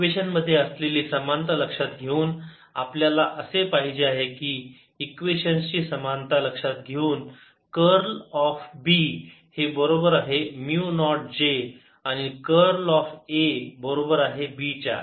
equations मध्ये असलेली समानता लक्षात घेऊन आपल्याला असे पाहिजे आहे की इक्वेशन्स ची समानता लक्षात घेऊन कर्ल ऑफ B हे बरोबर आहे म्यु नॉट j आणि कर्ल ऑफ A बरोबर आहे B च्या